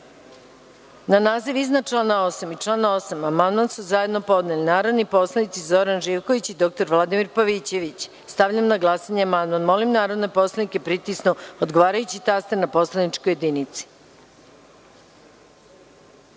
ovaj amandman. Na član 37. amandman su zajedno podneli narodni poslanici Zoran Živković i dr Vladimir Pavićević. Stavljam na glasanje amandman. Molim narodne poslanike da pritisnu odgovarajući taster na poslaničkoj